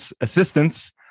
assistance